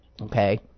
okay